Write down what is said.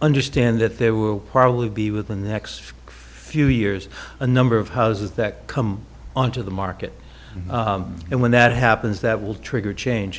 understand that there will probably be within the next few years a number of houses that come on to the market and when that happens that will trigger a change